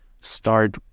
start